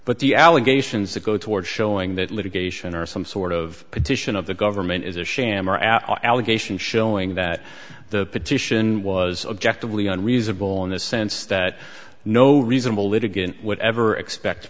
but the allegations that go toward showing that litigation are some sort of petition of the government is a sham or out allegation showing that the petition was objectively on reasonable in the sense that no reasonable litigant whatever expect